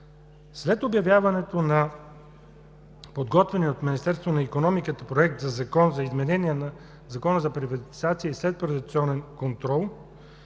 След обявяването на подготвения от Министерството на икономиката Законопроект за изменение на Закона за приватизация и следприватизационен контрол